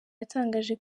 yatangaje